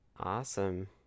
Awesome